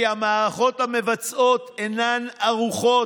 כי המערכות המבצעות אינן ערוכות.